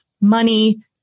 money